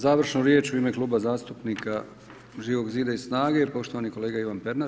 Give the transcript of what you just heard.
Završnu riječ u ime Kluba zastupnika Živog zida i SNAGA-e, poštovani kolega Ivan Pernar.